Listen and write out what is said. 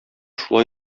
шулай